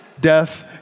death